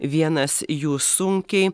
vienas jų sunkiai